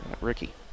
Ricky